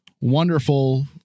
wonderful